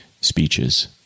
Speeches